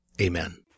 Amen